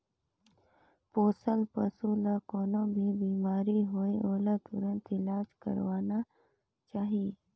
पोसल पसु ल कोनों भी बेमारी होये ओला तुरत इलाज करवाना चाही